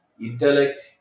Intellect